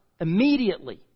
Immediately